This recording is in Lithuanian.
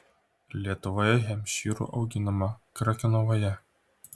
lietuvoje hempšyrų auginama krekenavoje